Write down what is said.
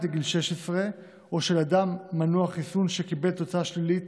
לגיל 16 או של אדם מנוע חיסון שקיבל תוצאה שלילית